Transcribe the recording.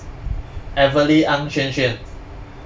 evelie ang xuan xuan